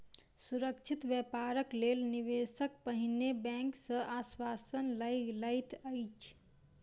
सुरक्षित व्यापारक लेल निवेशक पहिने बैंक सॅ आश्वासन लय लैत अछि